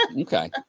okay